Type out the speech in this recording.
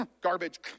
garbage